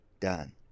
done